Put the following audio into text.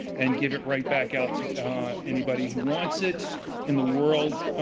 and give it right back out to anybody who wants it in the world,